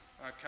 Okay